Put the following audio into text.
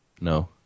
No